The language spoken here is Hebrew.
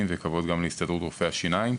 וגם כבוד להסתדרות רופאי השיניים,